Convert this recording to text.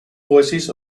voices